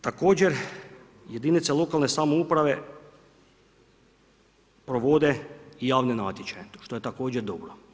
Također jedinice lokalne samouprave provode i javne natječaje, što je također dobro.